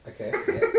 Okay